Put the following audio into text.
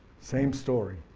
same story,